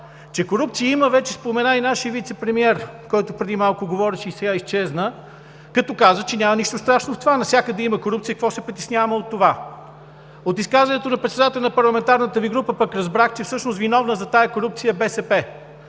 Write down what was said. Че корупция има, вече спомена и нашият вицепремиер, който преди малко говореше, но сега изчезна, като каза, че няма нищо страшно в това – навсякъде корупция имало, какво се притесняваме от това?! От изказването на председателя на парламентарната Ви група разбрахме, че всъщност виновна за тази корупция е БСП,